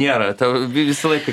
nėra tau vi visą laiką